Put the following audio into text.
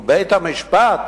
ובית-המשפט